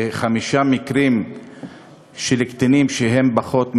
בחמישה מקרים של קטינים שהם פחות מ-14.